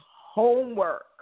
homework